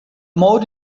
more